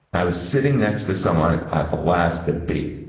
i was sitting next to someone at the last debate,